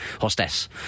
hostess